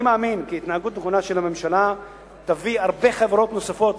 אני מאמין כי התנהגות נכונה של הממשלה תביא הרבה חברות נוספות,